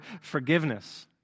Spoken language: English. forgiveness